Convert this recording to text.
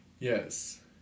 Yes